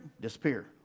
disappear